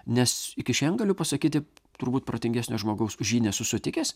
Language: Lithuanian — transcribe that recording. nes iki šiandien galiu pasakyti turbūt protingesnio žmogaus už jį nesu sutikęs